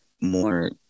more